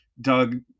Doug